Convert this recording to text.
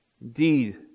Indeed